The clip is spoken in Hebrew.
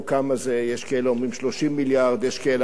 יש כאלה אומרים 30 מיליארד, יש כאלה, 40 מיליארד.